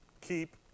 Keep